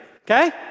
okay